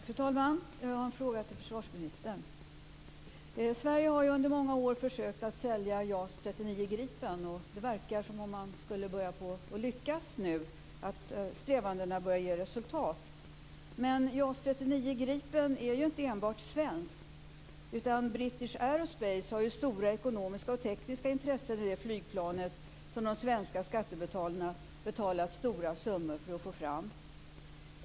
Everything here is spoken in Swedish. Fru talman! Jag har en fråga till försvarsministern. Sverige har under många år försökt att sälja JAS 39 Gripen, och det verkar som att man nu skulle börja lyckas, att strävandena börjar ge resultat. Men JAS 39 Gripen är inte enbart svenskt, utan British Aerospace har stora ekonomiska och tekniska intressen i det flygplanet, som de svenska skattebetalarna betalat stora summor för att få fram.